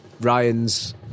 Ryan's